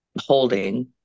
holding